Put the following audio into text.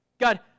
God